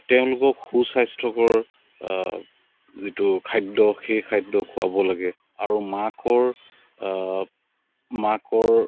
তেওঁলোকক সুস্বাস্থ্যকৰ যিটো খাদ্য সেই খাদ্য খুৱাব লাগে আৰু মাকৰ মাকৰ